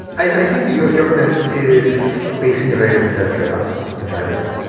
i think the u s. government is facing a very different set of tradeoffs than china is.